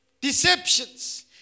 Deceptions